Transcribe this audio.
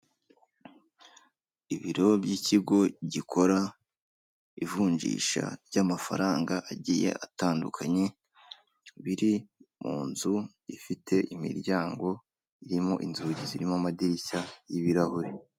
Ibiro by'ibigo gikora ivunjisha ry'amafaranga agiye atandukanye, biri mu nzu ifite imiryango irimo inzugi zirimo amadirishya y'ibirahure.